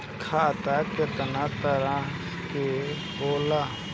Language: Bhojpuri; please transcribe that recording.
खाता केतना तरह के होला?